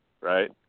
right